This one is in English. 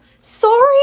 Sorry